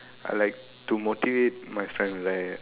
I like to motivate my friend right